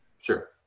Sure